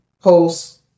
post